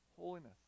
holiness